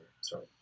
sorry